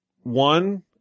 One